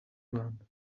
rwanda